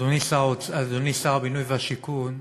אדוני שר הבינוי והשיכון,